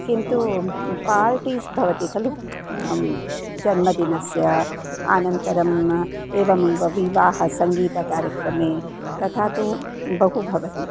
किन्तु पार्टीस् भवन्ति खलु जन्मदिनस्य अनन्तरम् एवमेव विवाहसङ्गीतकार्यक्रमे तथा तु बहु भवति